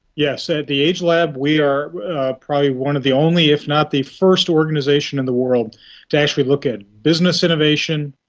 yes. at the agelab we are probably one of the only, if not the first organisation in the world to actually look at business innovation,